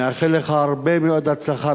מאחל לך הרבה מאוד הצלחה,